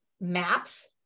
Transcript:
maps